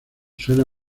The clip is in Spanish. suena